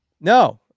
No